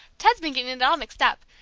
ted's been getting it all mixed up!